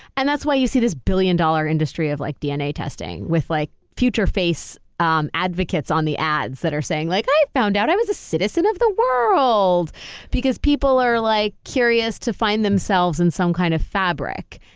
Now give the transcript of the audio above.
and that's why you see this billion-dollar industry of like dna testing with like future face um advocates on the ads that are saying like i found out i was a citizen of the world because people are like curious to find themselves in some kind of fabric.